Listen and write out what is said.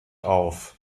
auf